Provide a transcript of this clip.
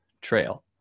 trail